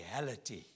reality